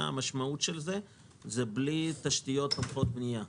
המשמעות של זה היא שהמדינה נשארה בלי תשתיות תומכות בנייה,